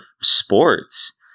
sports